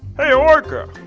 hey orca,